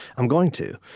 i'm going to.